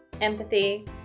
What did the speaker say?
empathy